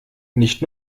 nicht